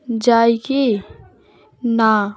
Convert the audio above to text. যায় কি না